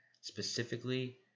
Specifically